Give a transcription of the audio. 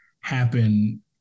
happen